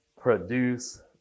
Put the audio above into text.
produce